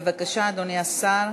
בבקשה, אדוני השר.